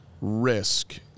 risk